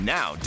Now